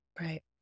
Right